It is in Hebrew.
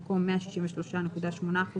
במקום "163.8%"